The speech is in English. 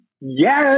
Yes